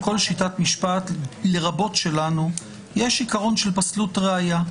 בכל שיטת משפט לרבות שלנו יש עיקרון של פסלות ראיה.